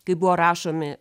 kai buvo rašomi